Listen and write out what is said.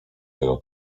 tego